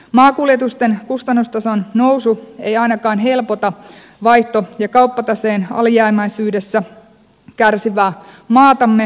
maakuljetusten kustannustason nousu ei ainakaan helpota vaihto ja kauppataseen alijäämäisyydessä kärsivää maatamme